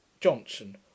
johnson